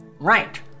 Right